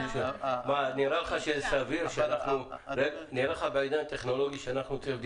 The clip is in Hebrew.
נראה לך סביר שבעידן הטכנולוגי אנחנו צריכים?